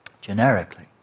generically